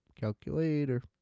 Calculator